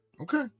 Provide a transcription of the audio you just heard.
Okay